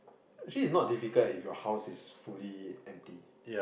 actually it's not difficult if your house is fully empty